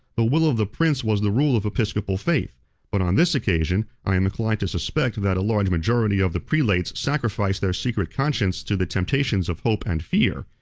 the will of the prince was the rule of episcopal faith but on this occasion, i am inclined to suspect that a large majority of the prelates sacrificed their secret conscience to the temptations of hope and fear.